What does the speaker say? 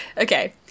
okay